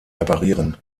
reparieren